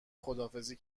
خداحافظی